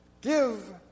give